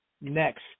next